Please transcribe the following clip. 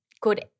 good